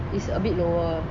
is a bit lower